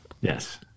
Yes